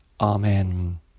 Amen